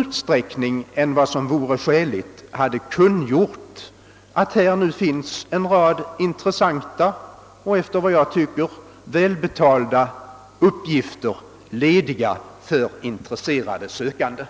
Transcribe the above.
utsträckning än vad som vore skäligt kungjorts att här nu finns en rad intressanta — och som jag tycker välbetalda — uppgifter lediga för intresserade sökande.